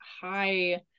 high